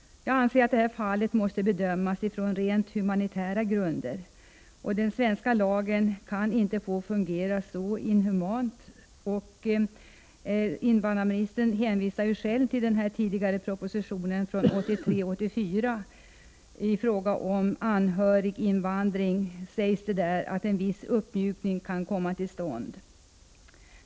Jag anser att detta fall måste bedömas utifrån rent humanitära grunder. Den svenska lagen kan inte få fungera så inhumant. Invandrarministern hänvisade själv till den tidigare propositionen från 1983/84. I fråga om anhöriginvandring sägs det där att en viss uppmjukning kan komma till stånd.